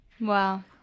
Wow